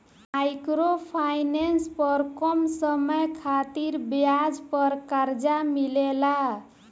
micro finance पर कम समय खातिर ब्याज पर कर्जा मिलेला